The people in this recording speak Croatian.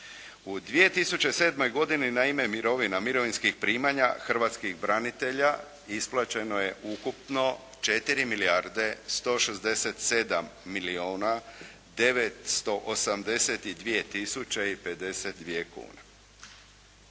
U 2007. godini na ime mirovina, mirovinskih primanja hrvatskih branitelja isplaćeno je ukupno 4 milijarde 167 milijuna 982 tisuće i 52 kune.